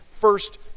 first